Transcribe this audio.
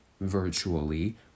virtually